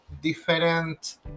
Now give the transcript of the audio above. different